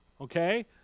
Okay